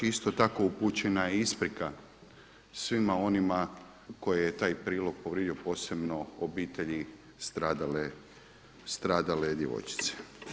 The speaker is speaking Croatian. Isto tako upućena je i isprika svima onima koje je taj prilog povrijedio, posebno obitelji stradale djevojčice.